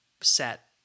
set